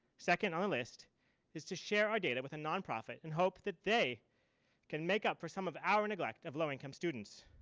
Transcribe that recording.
second on the list is to share our data with a nonprofit and hope that they can make up for some of our neglect of low income students.